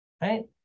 Right